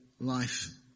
life